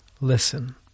listen